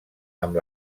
amb